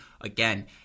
again